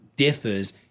differs